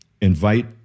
invite